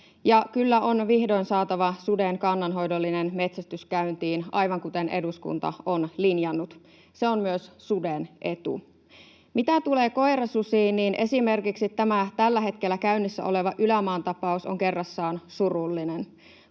kyllä on vihdoin saatava suden kannanhoidollinen metsästys käyntiin aivan kuten eduskunta on linjannut — se on myös suden etu. Mitä tulee koirasusiin, niin esimerkiksi tämä tällä hetkellä käynnissä oleva Ylämaan tapaus on kerrassaan surullinen.